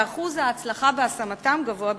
ואחוז ההצלחה בהשמתם גבוה במיוחד.